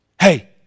Hey